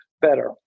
better